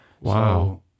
Wow